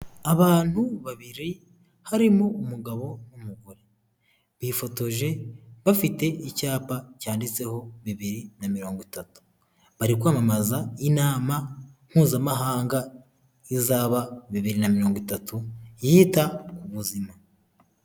Abantu babiri harimo umugabo n'umugore. Bifotoje bafite icyapa cyanditseho bibiri na mirongo itatu. Bari kwamamaza inama mpuzamahanga, izaba bibiri na mirongo itatu, yita ku buzima.